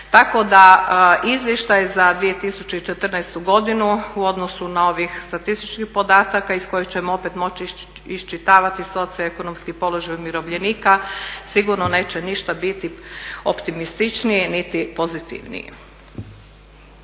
Tako da Izvještaj za 2014. godinu u odnosu na ove statističke podatke iz kojih ćemo opet moći iščitavati socioekonomski položaj umirovljenika sigurno neće ništa biti optimističniji niti pozitivniji.